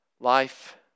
Life